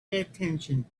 attention